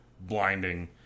blinding